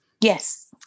Yes